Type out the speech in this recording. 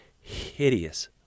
hideous